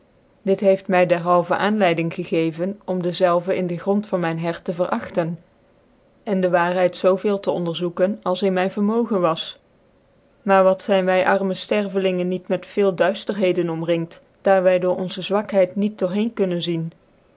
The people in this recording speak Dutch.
dit heeft my dcrhalven aanleiding gegeven om dezelve in de grond van myn hert te verasten en dc waarheid zoo veel te onderzoeken als in myn vermogen was maar wat zyn wy arme ftcrvclingcn niet met veel duifterheden omringt daar wy door onze zwakheid niet door heen kunnen zien